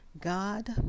God